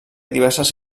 diverses